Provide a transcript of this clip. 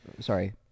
sorry